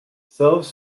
serves